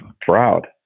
proud